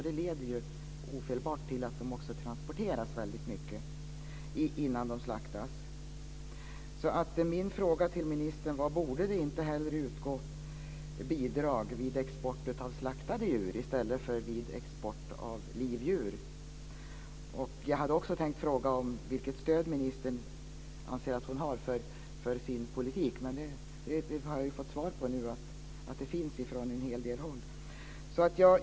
Det leder ofelbart till att de också transporteras väldigt mycket innan de slaktas. Min fråga till ministern är: Borde det inte hellre utgå bidrag vid export av slaktade djur än vid export av livdjur? Jag hade också tänkt fråga vilket stöd ministern anser att hon har för sin politik. Men där har jag fått besked att det finns från en hel del håll.